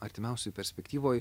artimiausioj perspektyvoj